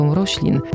roślin